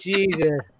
Jesus